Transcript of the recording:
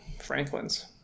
Franklin's